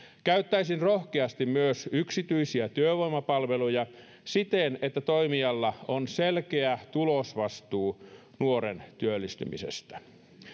käyttäisin rohkeasti myös yksityisiä työvoimapalveluja siten että toimijalla on selkeä tulosvastuu nuoren työllistymisestä